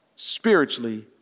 spiritually